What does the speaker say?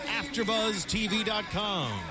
AfterBuzzTV.com